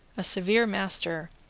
a severe master,